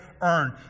earn